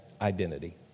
Identity